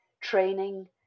training